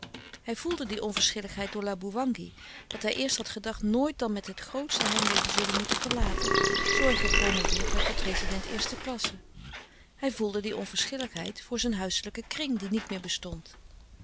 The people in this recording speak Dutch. hij voelde die onverschilligheid voor laboewangi dat hij eerst had gedacht nooit dan met het grootste heimwee te zullen moeten verlaten zoo hij gepromoveerd werd tot rezident eerste klasse hij voelde die onverschilligheid voor zijn huiselijken kring die niet meer bestond